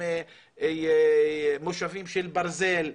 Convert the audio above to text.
עם מושבי ברזל,